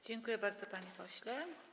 Dziękuję bardzo, panie pośle.